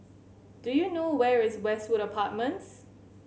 do you know where is Westwood Apartments